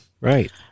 right